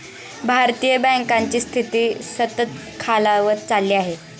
भारतीय बँकांची स्थिती सतत खालावत चालली आहे